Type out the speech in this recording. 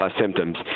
symptoms